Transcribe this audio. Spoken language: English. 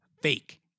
fake